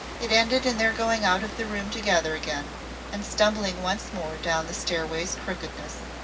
it ended in their going out of the room together again and stumbling once more down the stairway's crookedness.